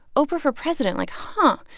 oprah for president. like, and